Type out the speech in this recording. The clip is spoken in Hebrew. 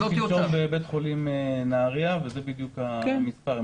הייתי בבית חולים בנהריה וזה בדיוק המספר,